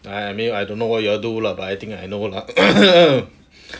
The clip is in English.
I mean I don't know what you all do lah but I think I know lah